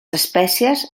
espècies